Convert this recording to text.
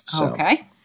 Okay